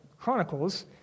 Chronicles